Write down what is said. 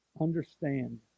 Understand